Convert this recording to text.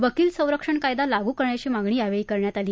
वकील सरंक्षण कायदा लागु करण्याची मागणी यावेळी करण्यात आली